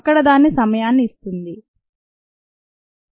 అక్కడ దాని సమయాన్ని ఇస్తుంది